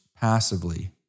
passively